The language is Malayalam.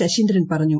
ശശീന്ദ്രൻ പറഞ്ഞു